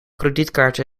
kredietkaarten